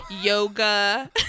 yoga